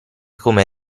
come